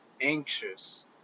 anxious